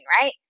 right